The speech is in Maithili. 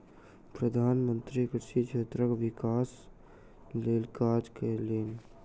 प्रधान मंत्री कृषि क्षेत्रक विकासक लेल काज कयलैन